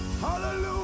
Hallelujah